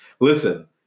Listen